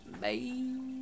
Bye